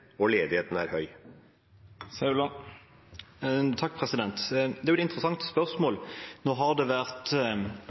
og ledigheten er høy? Det er et interessant spørsmål. Nå har det vært